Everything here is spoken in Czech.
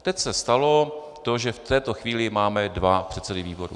Teď se stalo to, že v této chvíli máme dva předsedy výborů.